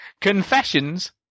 Confessions